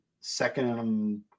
second